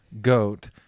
goat